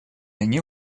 они